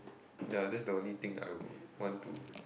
the that's the only thing I would want to